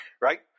Right